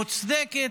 מוצדקת,